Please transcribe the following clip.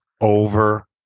over